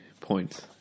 points